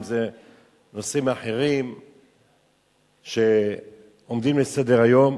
אם נושאים אחרים שעומדים על סדר-היום,